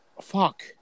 fuck